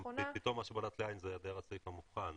פתאום מה שבלט לי לעין היה היעדר הסעיף המוכן.